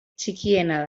txikiena